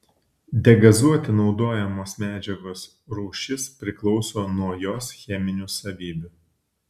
degazuoti naudojamos medžiagos rūšis priklauso nuo jos cheminių savybių